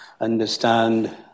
understand